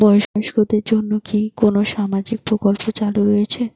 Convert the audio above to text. বয়স্কদের জন্য কি কোন সামাজিক প্রকল্প চালু রয়েছে?